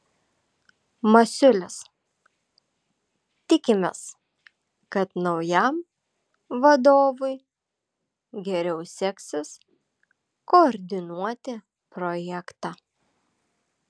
masiulis tikimės kad naujam vadovui geriau seksis koordinuoti projektą